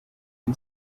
and